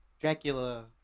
Dracula